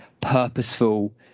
purposeful